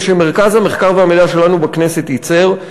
שמרכז המחקר והמידע שלנו בכנסת ייצר,